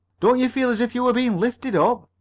don't you feel as if you were being lifted up?